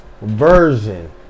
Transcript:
version